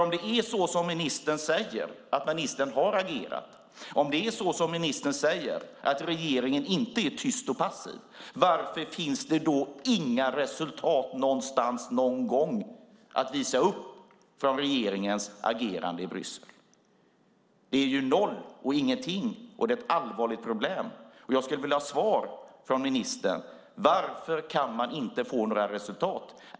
Om det är så som ministern säger, att ministern har agerat och att regeringen inte är tyst och passiv, kan man fråga sig varför det inte någonstans någon gång finns några resultat från regeringens agerande i Bryssel att visa upp. Det är noll och ingenting. Det är ett allvarligt problem. Jag skulle vilja ha svar från ministern på frågan om varför man inte kan få några resultat.